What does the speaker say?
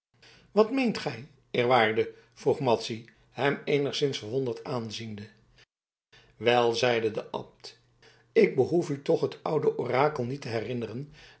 wat meent gij eerwaarde vroeg madzy hem eenigszins verwonderd aanziende wel zeide de abt ik behoef u toch het oude orakel niet te herinneren